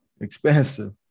Expensive